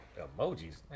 emojis